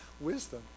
wisdom